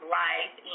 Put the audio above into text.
life